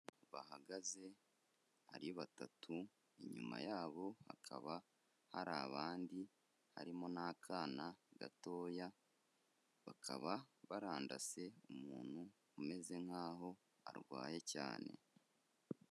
Bahagaze ari batatu, inyuma yabo hakaba hari abandi harimo n'akana gatoya, bakaba barandase umuntu umeze nk'aho arwaye cyane.